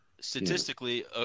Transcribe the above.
Statistically